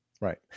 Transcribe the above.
Right